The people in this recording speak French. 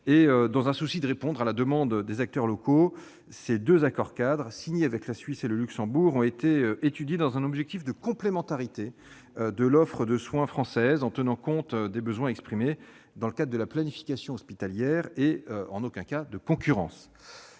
et dans un souci de répondre à la demande des acteurs locaux, ces deux accords-cadres signés avec la Suisse et le Luxembourg ont été étudiés dans un objectif de complémentarité de l'offre de soins française, en tenant compte des besoins exprimés dans le cadre de la planification hospitalière et, en aucun cas, de concurrence.